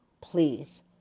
please